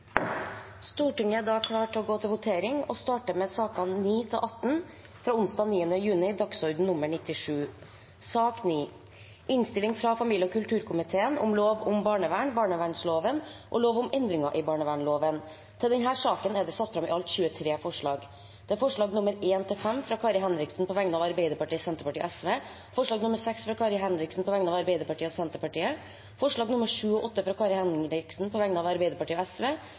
Stortinget er da klar til å gå til votering og starter med sakene nr. 9–18 fra onsdag 9. juni, dagsorden nr. 97. Under debatten er det satt fram i alt 23 forslag. Det er forslagene nr. 1–5, fra Kari Henriksen på vegne av Arbeiderpartiet, Senterpartiet og Sosialistisk Venstreparti forslag nr. 6, fra Kari Henriksen på vegne av Arbeiderpartiet og Senterpartiet forslagene nr. 7 og 8, fra Kari Henriksen på vegne av Arbeiderpartiet og Sosialistisk Venstreparti forslag nr. 9, fra Silje Hjemdal på vegne av Fremskrittspartiet, Senterpartiet og Sosialistisk Venstreparti forslag nr. 10, fra Åslaug Sem-Jacobsen på vegne av Senterpartiet og